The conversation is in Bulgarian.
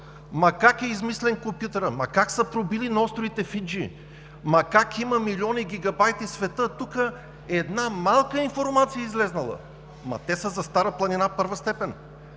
ама как е измислен компютърът, ама как са пробили на островите Фиджи, ама как има милиони гигабайти в света, а тук една малка информация е излязла. Ама те са за „Стара планина“ първа степен.